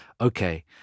Okay